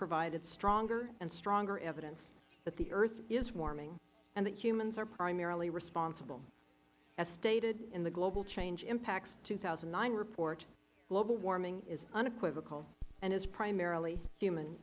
provided stronger and stronger evidence that the earth is warming and that humans are primarily responsible as stated in the global change impacts two thousand and nine report global warming is unequivocal and is primarily human